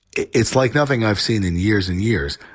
it's like nothing i've seen in years and years.